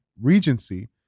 Regency